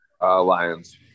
Lions